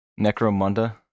Necromunda